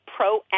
proactive